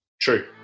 True